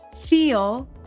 feel